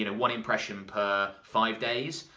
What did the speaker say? you know one impression per five days?